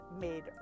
made